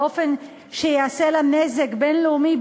באופן שיעשה לה נזק בין-לאומי,